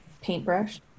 paintbrush